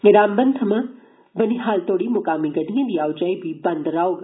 रामबन थमां बनिहाल तोड़ी मुकामी गड्डियें दी आओ जाई बी बंद रौहग